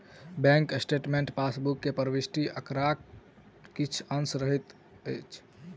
bank statement passbook मे प्रविष्ट आंकड़ाक किछु अंश रहैत अछि